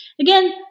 Again